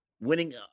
winning